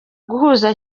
guhuza